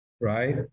right